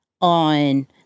on